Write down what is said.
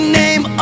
name